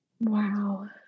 wow